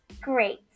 Great